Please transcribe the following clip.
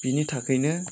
बिनि थाखायनो